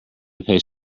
patient